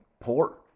poor